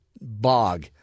bog